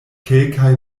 kelkaj